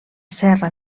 serra